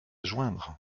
joindre